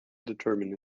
determine